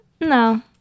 no